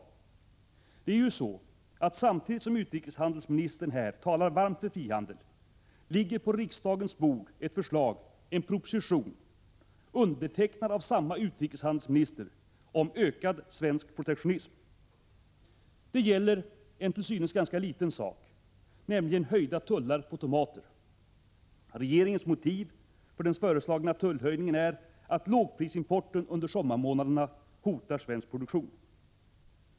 För det är ju så att samtidigt som utrikeshandelsministern här talar varmt för frihandel ligger på riksdagens bord ett förslag, en proposition från regeringen — undertecknad av samma utrikeshandelsminister — om ökad svensk protektionism. Det gäller en till synes ganska liten sak — nämligen höjda tullar på tomater. Regeringens motiv för den föreslagna tullhöjningen är att lågprisimporten under sommarmånaderna hotar svensk produktion.